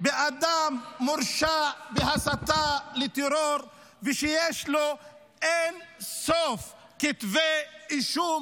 באדם שמורשע בהסתה לטרור ושיש לו אין סוף כתבי אישום,